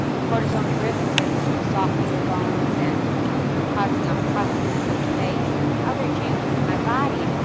cortisone derivatives were softening the bones, and causing a puffiness of the face, and other changes in my body.